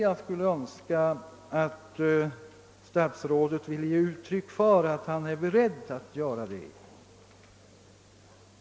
Jag skulle önska att statsrådet ville uttala att han är beredd att göra det.